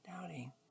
doubting